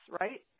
right